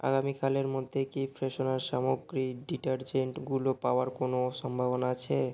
আগামীকালের মধ্যে কি ফ্রেশনার সামগ্রী ডিটার্জেন্টগুলো পাওয়ার কোনও সম্ভাবনা আছে